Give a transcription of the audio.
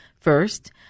First